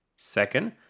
Second